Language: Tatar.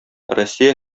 россия